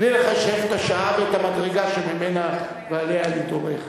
לחשב את השעה ואת המדרגה שממנה ועליה אני דורך.